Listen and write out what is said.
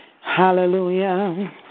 hallelujah